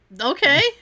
Okay